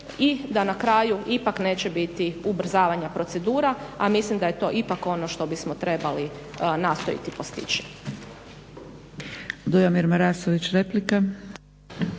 i da na kraju ipak neće biti ubrzavanja procedura a mislim da je to ipak ono što bismo trebali nastojati postići.